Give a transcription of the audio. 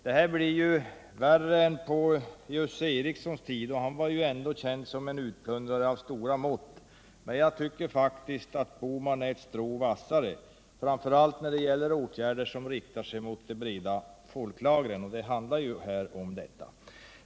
Det här blir ju värre än det var på Jösse Erikssons tid! Han var ändå känd som en utplundrare av stora mått, men jag tycker att herr Bohman är ett strå vassare, framför allt när det gäller att tillgripa åtgärder som riktar sig mot de breda folklagren — det här förslaget handlar ju om detta.